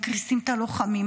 מקריסים את הלוחמים,